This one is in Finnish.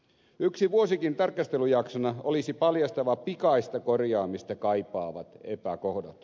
yksi vuosikin tarkastelujaksona olisi paljastava pikaista korjaamista kaipaavat epäkohdat